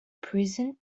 prison